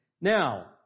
Now